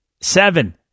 seven